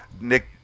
Nick